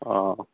অঁ